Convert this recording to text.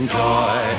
joy